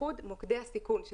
בייחוד מוקדי הסיכון,